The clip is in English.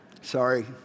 Sorry